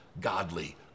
godly